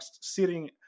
sitting